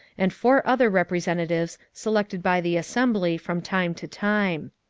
and four other representatives selected by the assembly from time to time.